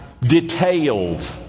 Detailed